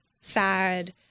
sad